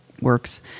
works